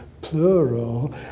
plural